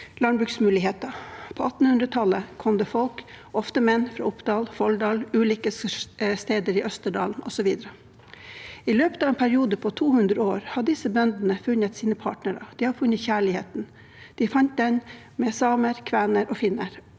landbruksmuligheter. På 1800-tallet kom det folk, ofte menn, fra Oppdal, Folldal, ulike steder i Østerdalen osv. I løpet av en periode på 200 år har disse bøndene funnet sine partnere, de har funnet kjærligheten – de fant den med samer, kvener og finlendere